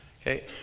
Okay